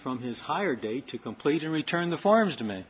from his higher date to complete a return the forms to me